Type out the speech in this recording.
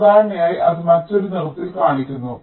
സാധാരണയായി അത് മറ്റൊരു നിറത്തിൽ കാണിക്കുന്നു